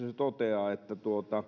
toteaa että